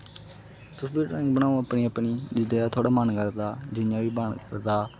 तुस बी ड्रांइग बनाओ अपनी अपनी जेह्ड़ा थुआढ़ा मन करदा जियां बी बनग